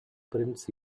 prince